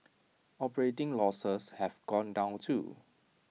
operating losses have gone down too